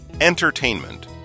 Entertainment